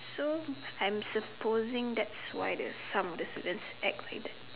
so I'm supposing that's why the some of the students act like that